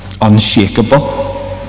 unshakable